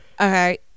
Okay